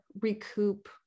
recoup